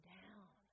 down